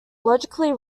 logically